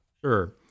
Sure